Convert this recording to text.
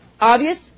Obvious